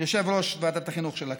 יושב-ראש ועדת החינוך של הכנסת?